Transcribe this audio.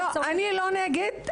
אני לא נגד.